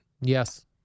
Yes